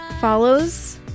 follows